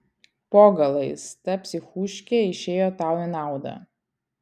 po galais ta psichuškė išėjo tau į naudą